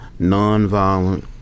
nonviolent